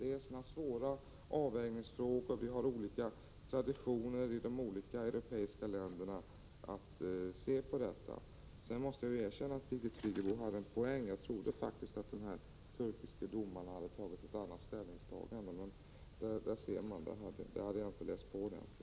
Det gäller svåra avvägningsfrågor, där vi har olika traditioner i olika europeiska länder. Till slut måste jag ge Birgit Friggebo en poäng: jag trodde faktiskt att den turkiske domarens ställningstagande var ett annat — på den punkten hade jag inte läst på ordentligt.